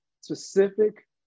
specific